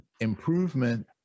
improvement